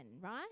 right